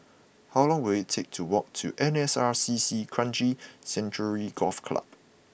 how long will it take to walk to N S R C C Kranji Sanctuary Golf Club